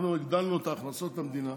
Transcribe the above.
אנחנו הגדלנו את הכנסות המדינה